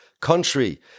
country